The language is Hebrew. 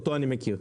את זה אני מכיר.